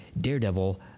Daredevil